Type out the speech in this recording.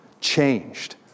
changed